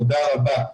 תודה רבה.